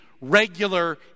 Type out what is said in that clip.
regular